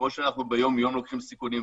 כמו שאנחנו ביום-יום לוקחים סיכונים,